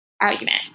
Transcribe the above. argument